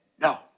no